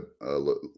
look